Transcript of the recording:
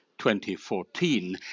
2014